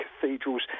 cathedrals